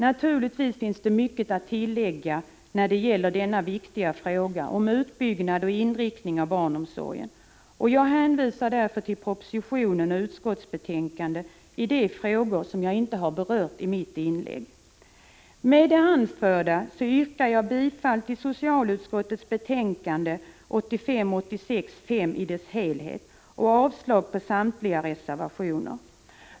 Naturligtvis finns det mycket att tillägga när det gäller denna viktiga fråga om utbyggnad och inriktning av barnomsorgen. Jag hänvisar därför till propositionen och utskottsbetänkandet i de frågor som jag inte har berört i mitt inlägg. Med hänvisning till det anförda yrkar jag bifall till socialutskottets hemställan i betänkande 1985/86:5 i dess helhet och avslag på samtliga reservationer.